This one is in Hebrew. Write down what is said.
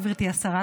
גברתי השרה,